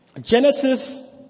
Genesis